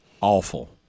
awful